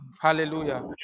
Hallelujah